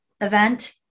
event